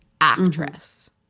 actress